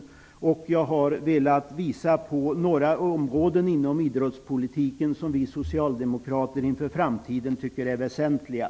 Dessutom har jag velat visa på några områden inom idrottspolitiken som vi socialdemokrater tycker är väsentliga inför framtiden.